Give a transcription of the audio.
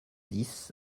dix